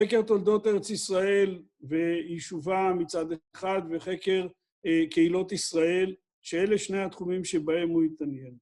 חקר תולדות ארץ ישראל ויישובה מצד אחד וחקר קהילות ישראל, שאלה שני התחומים שבהם הוא התעניין